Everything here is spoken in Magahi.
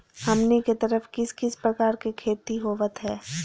हमनी के तरफ किस किस प्रकार के खेती होवत है?